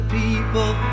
people